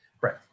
Right